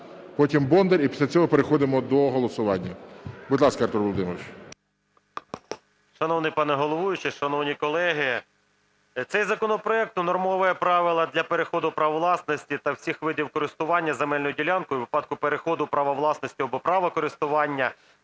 Потім – Бондар. І після цього переходимо до голосування. Будь ласка, Артур Володимирович. 13:59:37 ГЕРАСИМОВ А.В. Шановний пане головуючий, шановні колеги! Цей законопроект унормовує правила для переходу права власності та всіх видів користування земельною ділянкою у випадку переходу права власності або права користування у